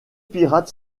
pirates